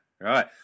Right